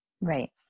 right